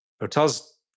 hotels